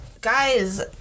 Guys